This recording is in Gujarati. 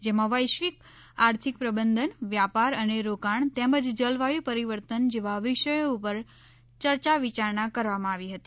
જેમાં વૈશ્વિક આર્થિક પ્રબંધન વ્યાપાર અને રોકાણ તેમજ જલવાયુ પરિવર્તન જેવા વિષયો ઉપર ચર્ચા વિયારણા કરવામાં આવી હતી